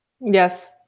Yes